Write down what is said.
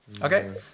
Okay